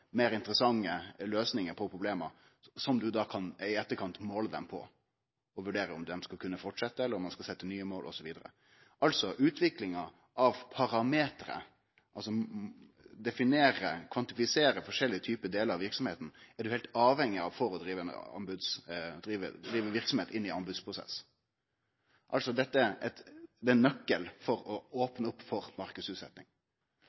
meir interessante løysingar på problem som du i etterkant kan måle dei på, for så å vurdere om dei skal fortsetje, eller om dei skal setje nye mål osv. Altså: Utvikling av parametrar, å definere og kvantifisere forskjellige typar delar av verksemda, er du heilt avhengig av for å drive ei verksemd inn i ein anbodsprosess. Dette er ein nøkkel for å opne opp for marknadsutsetjing. Når det er sagt, er eg veldig glad for